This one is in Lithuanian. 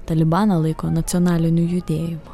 talibaną laiko nacionaliniu judėjimu